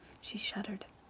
she shuddered.